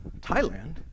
Thailand